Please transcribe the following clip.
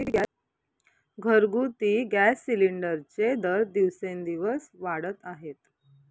घरगुती गॅस सिलिंडरचे दर दिवसेंदिवस वाढत आहेत